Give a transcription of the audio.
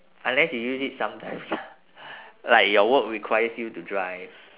unless you use it sometimes lah like your work requires you to drive